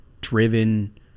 driven